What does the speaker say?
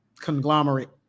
conglomerate